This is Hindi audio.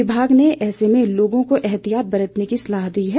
विभाग ने ऐसे में लोगों को एहतियात बरतने की सलाह दी है